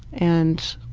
and,